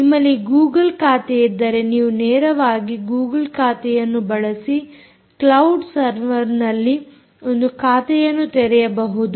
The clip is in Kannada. ನಿಮ್ಮಲ್ಲಿ ಗೂಗುಲ್ ಖಾತೆಯಿದ್ದರೆ ನೀವು ನೇರವಾಗಿ ಗೂಗುಲ್ ಖಾತೆಯನ್ನು ಬಳಸಿ ಕ್ಲೌಡ್ ಸರ್ವರ್ ನಲ್ಲಿ ಒಂದು ಖಾತೆಯನ್ನು ತೆರೆಯಬಹುದು